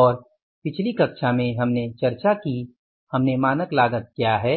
और पिछली कक्षा में हमने चर्चा की हमने मानक लागत क्या है